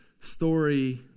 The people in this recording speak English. story